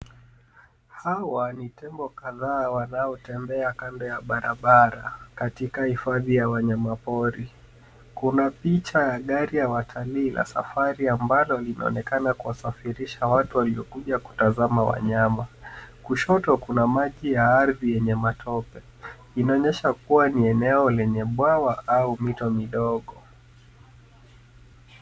Hawa ni tembo kadhaa wanaotembea kando ya barabara katika hifadhi ya wanyama pori , kuna picha ya gari ya watalii ya safari ambalo linaonekana kuwasafirisha watu waliokuja kuwatazama wanyama . Kushoto kuna maji ya ardhi yenye matope inaonyesha kuwa ni eneo lenye bwawa au mito midogo.